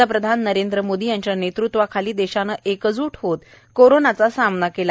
पंतप्रधान नरेंद्र मोदी यांच्या नेतृत्वाखाली देशाने एकजूट होत कोरोनाचा सामना केला